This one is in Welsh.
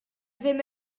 ddim